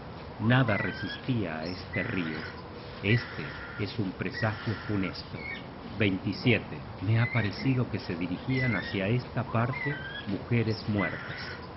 nada resistia á este rio este es un presagio funesto me ha parecido que se dirigian hácia esta parte mujeres muertas